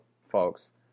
folks